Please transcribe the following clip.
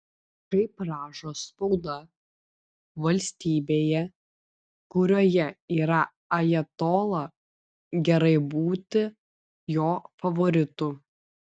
kaip rašo spauda valstybėje kurioje yra ajatola gerai būti jo favoritu